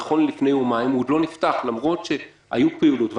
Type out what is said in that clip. נכון ללפני יומיים הוא עוד לא נפתח למרות שהייתה פעילות בעניין,